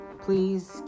Please